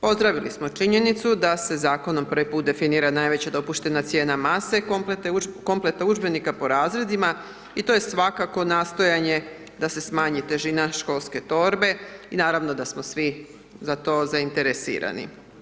Pozdravili smo činjenicu da se Zakonom prvi put definira najveća dopuštena cijena mase kompleta udžbenika po razredima i to je svakako nastojanje da se smanji težina školske torbe, i naravno da smo svi za to zainteresirani.